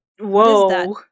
Whoa